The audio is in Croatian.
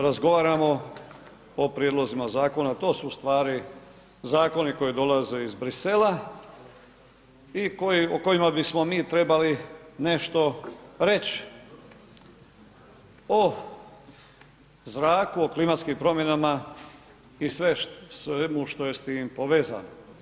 Razgovaramo o prijedlozima zakona, to su ustvari zakoni koji dolaze iz Bruxellesa i o kojima bismo mi trebali nešto reći o zraku, o klimatskim promjenama i svemu što je s tim povezano.